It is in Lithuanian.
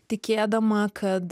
tikėdama kad